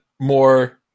more